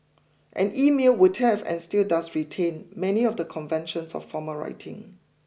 and email would have and still does retain many of the conventions of formal writing